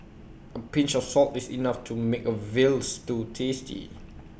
A pinch of salt is enough to make A Veal Stew tasty